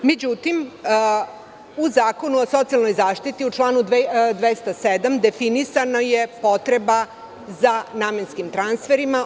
Međutim, u Zakonu o socijalnoj zaštiti, u članu 207. definisana je potreba za namenskim transferima.